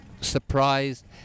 surprised